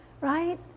right